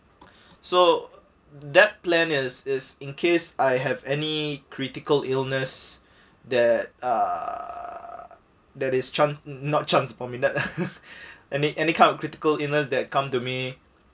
so that plan is is in case I have any critical illness that uh that is chan~ not chance for me that any any kind of critical illness that come to me